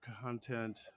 content